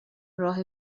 راه